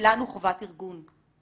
שלנו חובת ארגון.